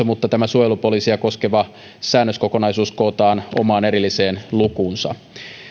mutta tämä suojelupoliisia koskeva säännöskokonaisuus kootaan omaan erilliseen lukuunsa